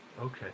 okay